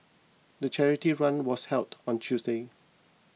the charity run was held on Tuesday